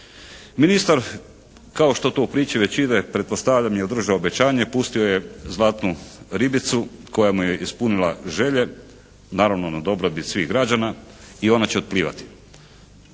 Ministar kao što to u priči već ide pretpostavljam je održao obećanje. Pustio je zlatnu ribicu koja mu je ispunila želje, naravno na dobrobit svih građana i ona će otplivati.